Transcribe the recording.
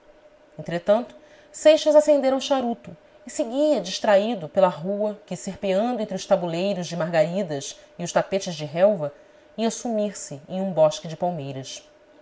entretanto seixas acendera o charuto e seguia distraído pela rua que serpeando entre os tabuleiros de margaridas e os tapetes de relva ia sumir-se em um bosque de palmeiras